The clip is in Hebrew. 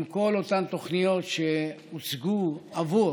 עם כל אותן תוכניות שהוצגו עבור